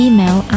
Email